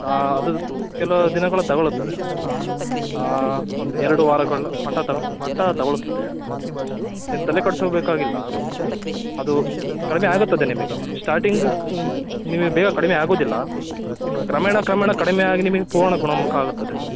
ಅದು ಕೆಲವು ದಿನಗಳು ತಗೊಳ್ಳುತ್ತದೆ ಒಂದು ಎರಡು ವಾರಗಳು ಮಟ ತಗೊ ಮಟ ತಗೊಳ್ಳುತ್ತದೆ ನೀವು ತಲೆ ಕೆಡಿಸ್ಕೋಬೇಕಾಗಿಲ್ಲಾ ಅದು ಕಡಿಮೆ ಆಗುತ್ತದೆ ನಿಮಗೆ ಸ್ಟಾರ್ಟಿಂಗ್ ನಿಮಿಗೆ ಬೇಗ ಕಡಿಮೆ ಆಗೋದಿಲ್ಲ ಬಟ್ ಕ್ರಮೇಣ ಕ್ರಮೇಣ ಕಡಿಮೆ ಆಗಿ ನಿಮಗೆ ಪೂರ್ಣ ಗುಣಮುಖ ಆಗುತ್ತದೆ ನಿಮ್ಗೆ